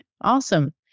Awesome